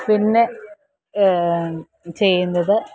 പിന്നെ ചെയ്യുന്നത്